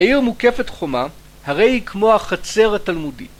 עיר מוקפת חומה, הרי היא כמו החצר התלמודי